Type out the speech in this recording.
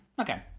Okay